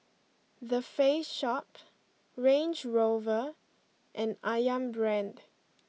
The Face Shop Range Rover and Ayam Brand